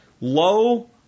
Low